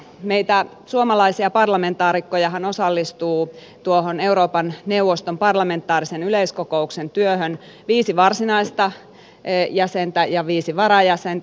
meitä suomalaisia parlamentaarikkojahan osallistuu tuohon euroopan neuvoston parlamentaarisen yleiskokouksen työhön viisi varsinaista jäsentä ja viisi varajäsentä